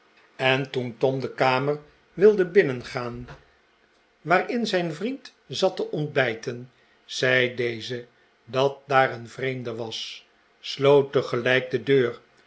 en toen tom de kamer wilde binnengaan waarin zijn vriend zat te ontbijten zei deze dat daar een vreemde was sloot tegelijk de deur